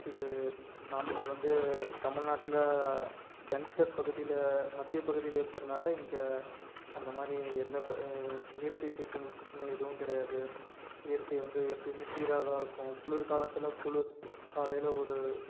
இது நாமக்கல் வந்து தமிழ்நாட்டில் சென்டர் பகுதியில மத்திய பகுதியில இருக்கிறனால இங்கே அந்தமாரி எந்த ப இயற்கை சீற்றங்கள் பிரச்சனை எதுவும் கிடையாது இயற்கை வந்து எப்பையுமே சீராக தான் இருக்கும் குளிர் காலத்தில் குளிர் காலையில் ஒரு